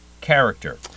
character